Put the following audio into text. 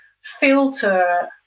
filter